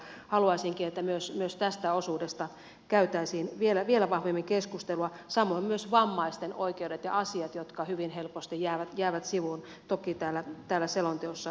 haluaisinkin että myös tästä osuudesta käytäisiin vielä vahvemmin keskustelua samoin myös vammaisten oikeudet ja asiat jotka hyvin helposti jäävät sivuun toki täällä selonteossa huomioon otetuiksi